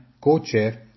Co-Chair